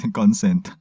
consent